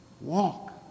walk